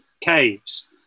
caves